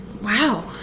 Wow